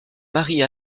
marie